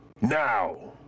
Now